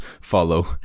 follow